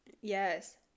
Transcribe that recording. Yes